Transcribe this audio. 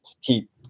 keep